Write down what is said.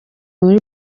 muri